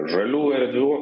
žalių erdvių